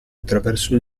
attraverso